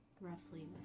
roughly